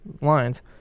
lines